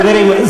חברים,